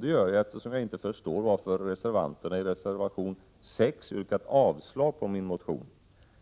Det gör jag, eftersom jag inte förstår varför reservanterna i reservation 6 yrkat avslag på min motion.